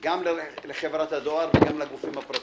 גם לחברת הדואר וגם לגופים הפרטיים,